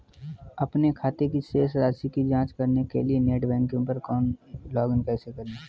अपने खाते की शेष राशि की जांच करने के लिए नेट बैंकिंग पर लॉगइन कैसे करें?